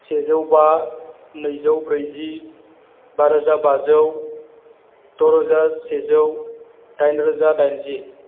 सेजौ बा नैजौ ब्रैजि बारोजा बाजौ द'रोजा सेजौ दाइनरोजा दाइनजि